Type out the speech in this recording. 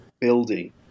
building